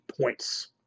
points